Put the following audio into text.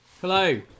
Hello